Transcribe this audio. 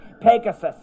Pegasus